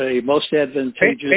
a most advantageous